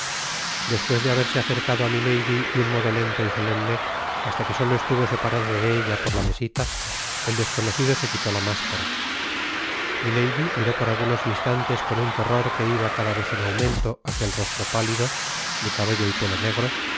despues de haberse acercado á milady de un modo lento y solemne hasta que solo estuvo separado de ella por la mesita el desconocido se quitó la máscara milady miró por algunos instantes con un terror que iba cada vez en aumento aquel rostro pálido de cabello y pelo negro